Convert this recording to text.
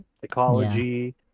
psychology